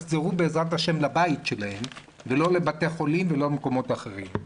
הם יחזרו בעזרת השם לבית שלהם ולא לבתי חולים ולא למקומות אחרים.